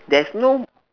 there's no